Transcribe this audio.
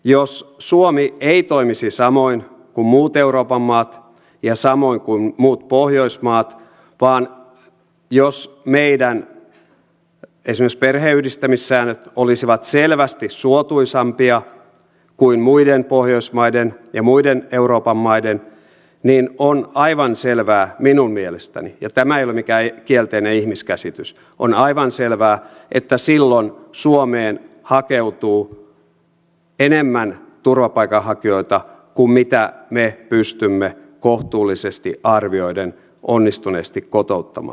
jos suomi ei toimisi samoin kuin muut euroopan maat ja samoin kuin muut pohjoismaat vaan esimerkiksi meidän perheenyhdistämissääntömme olisivat selvästi suotuisampia kuin muiden pohjoismaiden ja muiden euroopan maiden niin on aivan selvää minun mielestäni ja tämä ei ole mikään kielteinen ihmiskäsitys että silloin suomeen hakeutuu turvapaikanhakijoita enemmän kuin mitä me pystymme kohtuullisesti arvioiden onnistuneesti kotouttamaan